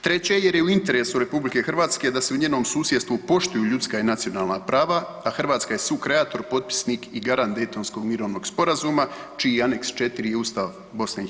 Treće, jer je u interesu RH da se u njenom susjedstvu poštuju ljudska i nacionalna prava, a Hrvatska je sukreator, potpisnik i garant Daytonskog mirovnog sporazuma čiji je aneks 4. i Ustav BiH.